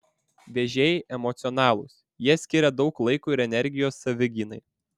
vėžiai emocionalūs jie skiria daug laiko ir energijos savigynai